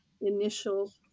initial